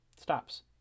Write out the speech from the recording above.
stops